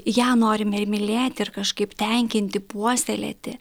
ją norime ir mylėti ir kažkaip tenkinti puoselėti